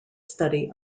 study